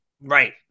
Right